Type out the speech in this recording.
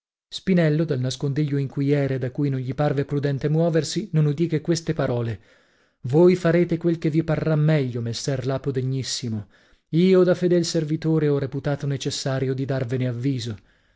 spinello dal nascondiglio in cui era e da cui non gli parve prudente muoversi non udì che queste parole voi farete quel che vi parrà meglio messer lapo degnissimo io da fedel servitore ho reputato necessario di darvene avviso